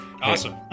awesome